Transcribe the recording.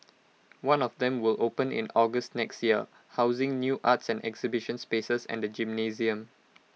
one of them will open in August next year housing new arts and exhibition spaces and A gymnasium